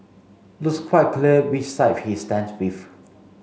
looks quite clear which side he stands with